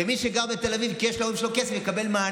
ולמי שגר בתל אביב ויש להורים שלו כסף יש מענה.